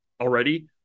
already